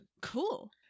Cool